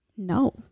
No